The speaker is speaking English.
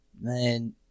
man